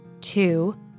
Two